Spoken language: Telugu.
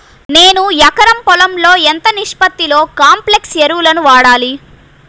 నేను ఎకరం పొలంలో ఎంత నిష్పత్తిలో కాంప్లెక్స్ ఎరువులను వాడాలి?